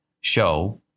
show